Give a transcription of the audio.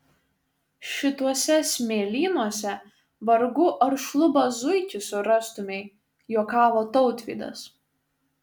šituose smėlynuose vargu ar šlubą zuikį surastumei juokavo tautvydas